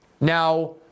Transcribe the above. Now